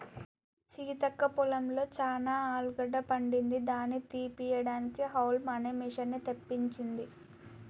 సీతక్క పొలంలో చానా ఆలుగడ్డ పండింది దాని తీపియడానికి హౌల్మ్ అనే మిషిన్ని తెప్పించింది